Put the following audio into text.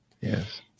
Yes